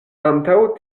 antaŭ